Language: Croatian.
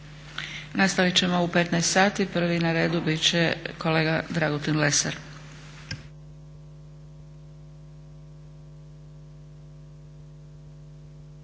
Nastavit ćemo u 15 sati. Prvi na redu bit će kolega Dragutin Lesar.